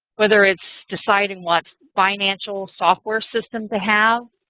whether it's deciding what financial software system to have,